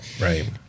Right